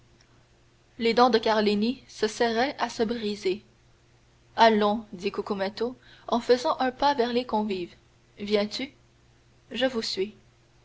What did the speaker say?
les dents de carlini se serraient à se briser allons dit cucumetto en faisant un pas vers les convives viens-tu je vous suis